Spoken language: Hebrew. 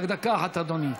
דקה אחת, אדוני.